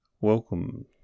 Welcome